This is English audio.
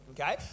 Okay